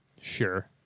Sure